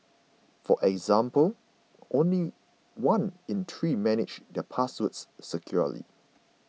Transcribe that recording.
for example only one in three manage their passwords securely